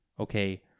okay